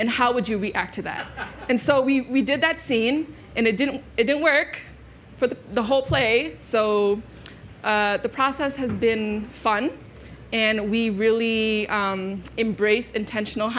and how would you react to that and so we did that scene in a didn't it didn't work for the the whole play so the process has been fun and we really embrace intentional